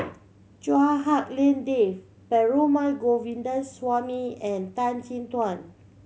Chua Hak Lien Dave Perumal Govindaswamy and Tan Chin Tuan